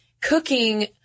cooking